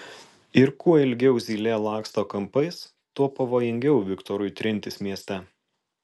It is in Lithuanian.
ir kuo ilgiau zylė laksto kampais tuo pavojingiau viktorui trintis mieste